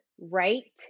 right